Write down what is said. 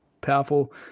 Powerful